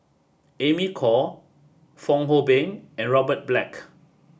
Amy Khor Fong Hoe Beng and Robert Black